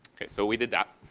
okay? so we did that.